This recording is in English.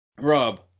Rob